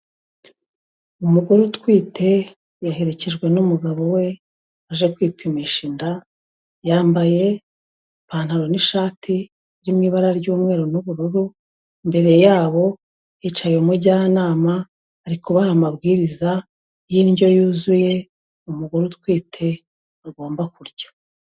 Umugore utwite yaherekejwe n'umugabo we, aje kwipimisha inda, yambaye ipantaro n'ishati iri mu ibara ry'umweru n'ubururu, imbere yabo hicaye umujyanama ari kubaha amabwiriza y'indyo yuzuye, umugore utwite agomba kurya.